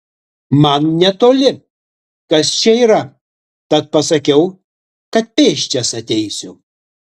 man netoli kas čia yra tad pasakiau kad pėsčias ateisiu